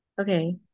okay